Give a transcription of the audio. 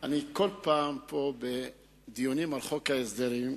דיונים אחרים.